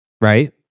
right